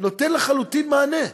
נותן לחלוטין מענה.